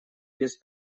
без